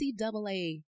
NCAA